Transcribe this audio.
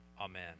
amen